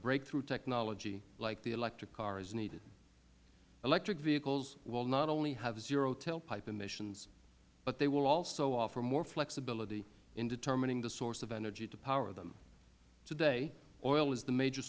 breakthrough technology like the electric car is needed electric vehicles will not only have zero tailpipe emissions but they will also offer more flexibility in determining the source of energy to power them today oil is the major